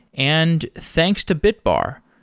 and thanks to bitbar.